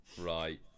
Right